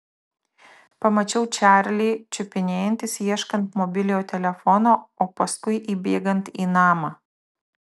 pamačiau čarlį čiupinėjantis ieškant mobiliojo telefono o paskui įbėgant į namą